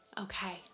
Okay